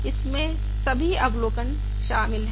इसमें सभी अवलोकन शामिल हैं